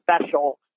special